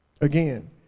Again